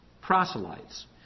proselytes